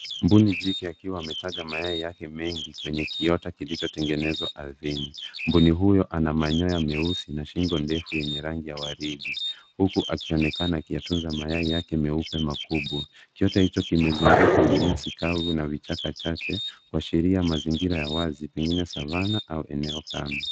Mbuni jike akiwa ametega mayai yake mengi kwenye kiota kilicho tengenezwa ardhini. Mbuni huyo ana manyoya meusi na shingo ndeu yenye rangi ya waridi huku akionekana akiyatunza mayai yake meupe makubwa. Kiota hicho kimezungukwa na nyasi kavu na vichaka chache kuashiria mazingira ya wazi pengine Savanna au.